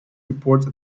report